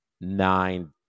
nine